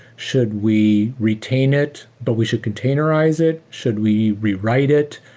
should we retain it? but we should containerize it? should we rewrite it?